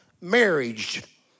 marriage